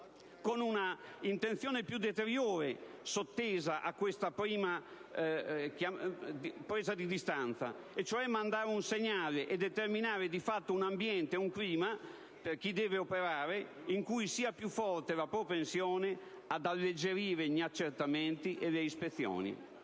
con un'intenzione più deteriore sottesa a questa prima presa di distanza e cioè mandare un segnale e determinare di fatto un ambiente e un clima per chi deve operare in cui sia più forte la propensione ad alleggerire gli accertamenti e le ispezioni.